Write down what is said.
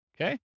Okay